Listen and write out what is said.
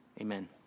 amen